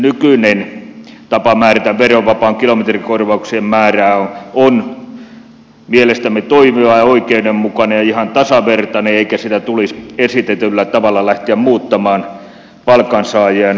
nykyinen tapa määrätä verovapaan kilometrikorvauksen määrä on mielestämme toimiva ja oikeudenmukainen ja ihan tasavertainen eikä sitä tulisi esitetyllä tavalla lähteä muuttamaan palkansaajien vahingoksi